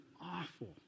awful